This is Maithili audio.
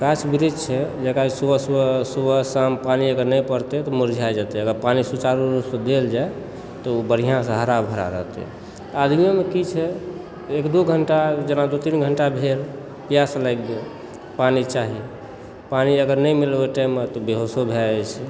गाछ वृक्ष छै जकरा जेकि सुबह सुबह सुबह शाम पानि अगर नहि पड़तै तऽ मुरझा जेतै अगर पानि सुचारु रूपसँ देल जाइ तऽ ओ बढ़िआँसँ हरा भरा रहतै आदमिओमे की छै एक दू घण्टा जेना दू तीन घण्टा भेल पियास लागि गेल पानि चाही पानि अगर नहि मिलल ओहि टाइममे तऽ बेहोशो भए जाइ छै